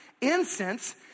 incense